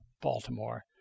Baltimore